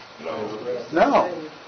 No